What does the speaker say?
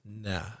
nah